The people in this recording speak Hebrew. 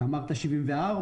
אמרת 74,